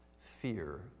fear